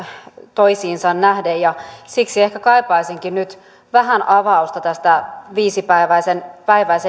toisiinsa nähden ja siksi ehkä kaipaisinkin nyt vähän avausta tämän viisipäiväisen